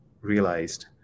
realized